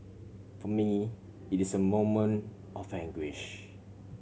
for me it is a moment of anguish